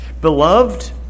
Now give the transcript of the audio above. Beloved